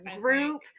group